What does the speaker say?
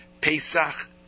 Pesach